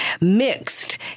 mixed